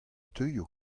teuio